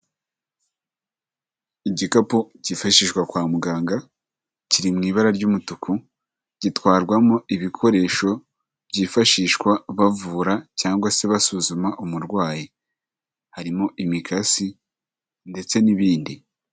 Igikapu cyifashishwa kwa muganga, kiri mu ibara ry'umutuku, gitwarwamo ibikoresho byifashishwa bavura cyangwa se basuzuma umurwayi. Harimo imikasi ndetse n'ibindi.